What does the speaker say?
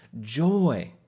joy